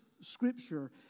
Scripture